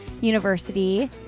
University